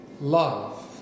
love